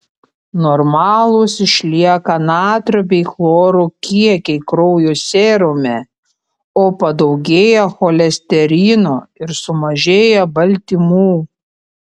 normalūs išlieka natrio bei chloro kiekiai kraujo serume o padaugėja cholesterino ir sumažėja baltymų